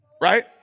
Right